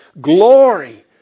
glory